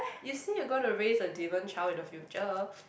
you say you going to raise a demon child in the future